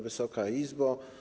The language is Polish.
Wysoka Izbo!